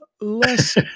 less